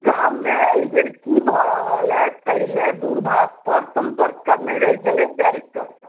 गाम मे एहिबेर की भऽ रहलए ताहिलए दूरभाष पर सम्पर्क करने रहै छलै डायरेक्टर सब